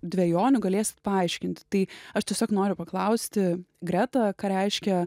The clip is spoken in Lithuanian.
dvejonių galėsit paaiškinti tai aš tiesiog noriu paklausti greta ką reiškia